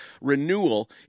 renewal